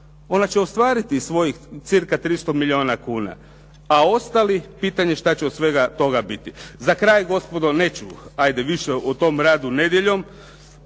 Ona će ostvariti svojih cca 300 milijuna kuna, a ostali pitanje je šta će od svega toga biti. Za kraj gospodo neću ajde više o tom radu nedjeljom.